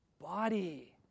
body